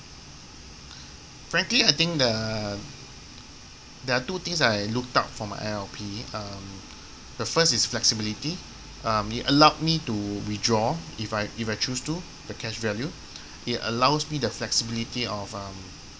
frankly I think the there are two things that I looked up for my I_L_P um the first is flexibility um it allowed me to withdraw if I if I choose to the cash value it allows me the flexibility of um